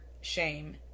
shame